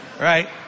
Right